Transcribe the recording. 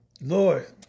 Lord